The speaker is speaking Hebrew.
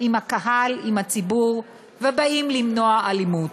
עם הקהל, עם הציבור, ובאים למנוע אלימות.